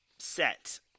set